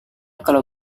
kalau